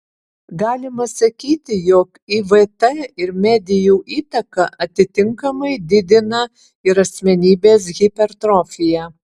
galima sakyti jog ivt ir medijų įtaka atitinkamai didina ir asmenybės hipertrofiją